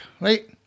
right